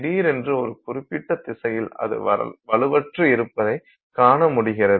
திடீரென்று ஒரு குறிப்பிட்ட திசையில் அது வலுவற்று இருப்பதை காணமுடிகிறது